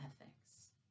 ethics